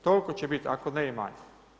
Toliko će biti, ako ne i manje.